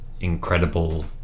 incredible